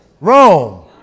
Rome